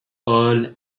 all